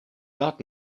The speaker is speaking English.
that